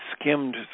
skimmed